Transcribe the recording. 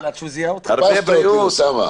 --- אוסאמה.